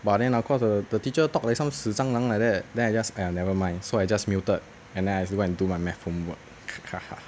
but then 然后 cause the teacher talk like some 死蟑螂 like that then I just !aiya! never mind so I just muted and then I go and do my math homework ke